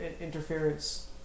interference